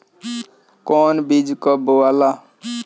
कौन बीज कब बोआला?